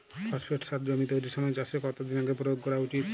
Phosphate সার জমি তৈরির সময় চাষের কত দিন আগে প্রয়োগ করা উচিৎ?